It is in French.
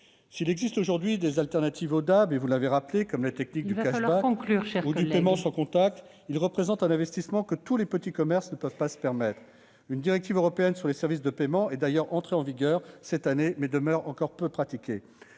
S'il existe aujourd'hui des alternatives aux DAB, ... Il faut conclure, mon cher collègue !... comme la technique du ou du paiement sans contact, celles-ci représentent un investissement que tous les petits commerces ne peuvent pas se permettre. Une directive européenne sur les services de paiement est d'ailleurs entrée en vigueur cette année, mais demeure encore peu pratiquée.